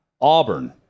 Auburn